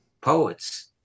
poets